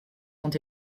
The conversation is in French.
sont